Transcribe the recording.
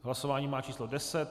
Hlasování má číslo 10.